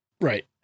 right